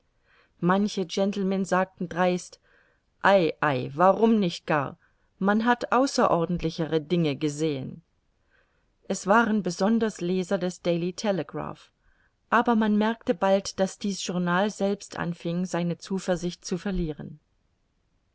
manche gentlemen sagten dreist ei ei warum nicht gar man hat außerordentlichere dinge gesehen es waren besonders leser des daily telegraph aber man merkte bald daß dies journal selbst anfing seine zuversicht zu verlieren